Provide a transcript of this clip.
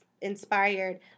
inspired